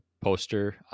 poster